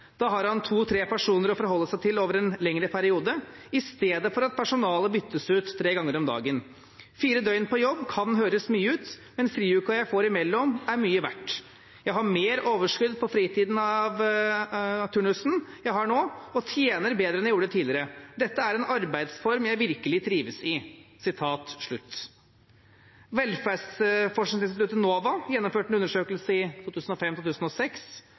Da har han to–tre personer å forholde seg til over en lengre periode, i stedet for at personalet byttes ut tre ganger om dagen. Fire døgn på jobb kan høres mye ut, men friuka jeg får imellom er mye verdt. […] Jeg har mer overskudd på fritiden av turnusen jeg har nå og tjener bedre enn jeg gjorde tidligere. Dette er en arbeidsform jeg virkelig trives i.» Velferdsforskningsinstituttet, NOVA, gjennomførte en undersøkelse i